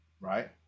Right